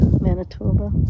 Manitoba